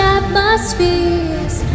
atmospheres